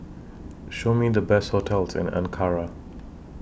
Show Me The Best hotels in Ankara